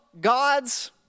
gods